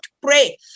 pray